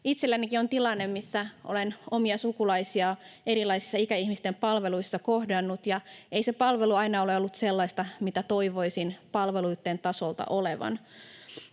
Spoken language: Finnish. Itsellänikin on tilanne, missä olen omia sukulaisia erilaisissa ikäihmisten palveluissa kohdannut, ja ei se palvelu aina ole ollut sellaista, mitä toivoisin palveluitten tason olevan.